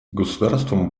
государствам